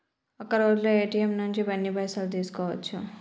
ఒక్కరోజులో ఏ.టి.ఎమ్ నుంచి ఎన్ని పైసలు తీసుకోవచ్చు?